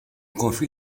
confie